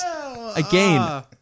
again